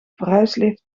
verhuislift